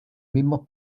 mismos